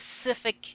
specific